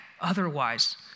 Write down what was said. otherwise